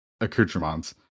accoutrements